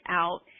out